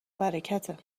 برکته